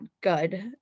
good